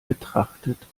betrachtet